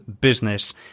business